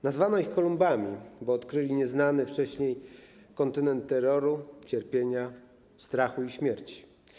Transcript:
Nazwano ich Kolumbami, bo odkryli nieznany wcześniej kontynent terroru, cierpienia, strachu i śmierci.